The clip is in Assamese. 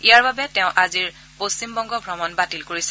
ইয়াৰ বাবে তেওঁ আজিৰ পশ্চিমবংগ ভ্ৰমণ বাতিল কৰিছে